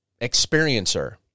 experiencer